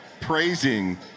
praising